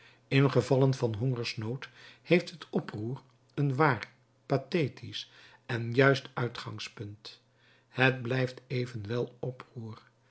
gevallen van hongersnood heeft het oproer een waar pathetisch en juist uitgangspunt het blijft evenwel oproer